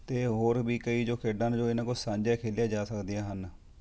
ਅਤੇ ਹੋਰ ਵੀ ਕਈ ਜੋ ਖੇਡਾਂ ਹਨ ਜੋ ਇਹਨਾਂ ਕੋਲ ਸਾਂਝੀਆਂ ਖੇਲੀਆਂ ਜਾ ਸਕਦੀਆਂ ਹਨ